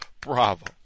Bravo